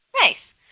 Nice